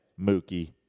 Mookie